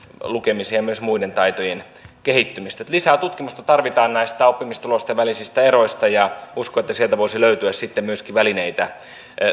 lukemisen ja myös muiden taitojen kehittymistä eli lisää tutkimusta tarvitaan näistä oppimistulosten välisistä eroista ja uskon että sieltä voisi löytyä sitten myöskin välineitä